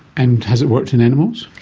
and has it worked in animals?